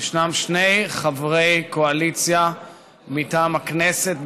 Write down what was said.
ישנם שני חברי קואליציה מטעם הכנסת,